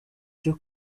cyo